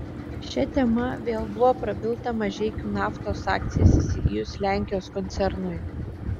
šia tema vėl buvo prabilta mažeikių naftos akcijas įsigijus lenkijos koncernui